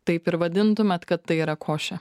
taip ir vadintumėt kad tai yra košė